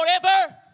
forever